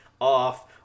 off